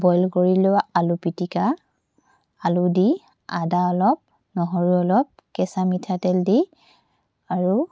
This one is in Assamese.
বইল কৰি লোৱা আলু পিটিকা আলু দি আদা অলপ নহৰু অলপ কেঁচা মিঠাতেল দি আৰু